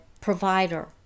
provider